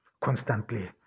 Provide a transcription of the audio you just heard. constantly